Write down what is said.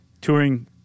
touring